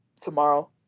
tomorrow